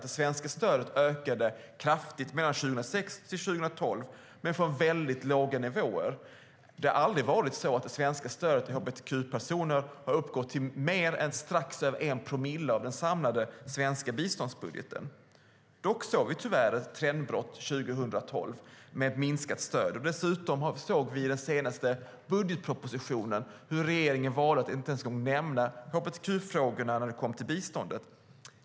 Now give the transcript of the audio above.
Det svenska stödet ökade kraftigt 2006-2012 men från väldigt låga nivåer. Det har aldrig varit så att det svenska stödet till hbtq-personer har uppgått till mer än strax över 1 promille av den samlade svenska biståndsbudgeten. Dock såg vi tyvärr ett trendbrott 2012 med minskat stöd. Dessutom såg vi i senaste budgetpropositionen hur regeringen valde att inte ens en gång nämna hbtq-frågorna när det kom till biståndet.